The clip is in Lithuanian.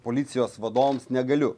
policijos vadovams negaliu